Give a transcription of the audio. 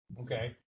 Okay